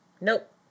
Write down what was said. Nope